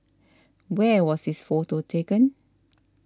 where was this photo taken